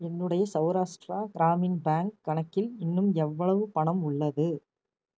என்னுடைய சௌராஷ்டிரா கிராமின் பேங்க் கணக்கில் இன்னும் எவ்வளவு பணம் உள்ளது